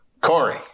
Corey